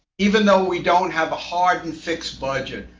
even though we don't have a hard and fixed budget,